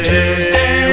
Tuesday